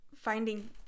finding